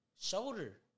Shoulder